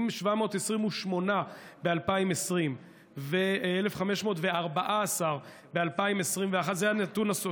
אם 728 ב-2020 ו-1,514 ב-2021 זה הנתון הסופי,